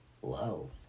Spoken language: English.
Whoa